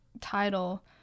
title